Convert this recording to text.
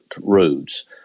roads